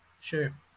Sure